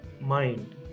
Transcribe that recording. mind